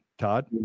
Todd